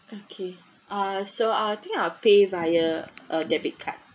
okay uh so I think I'll pay via a debit card